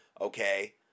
okay